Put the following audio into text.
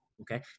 okay